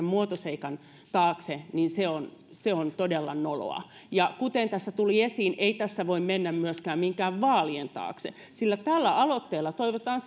muotoseikan taakse on todella noloa kuten tuli esiin ei tässä voi mennä myöskään minkään vaalien taakse sillä tällä aloitteella toivotaan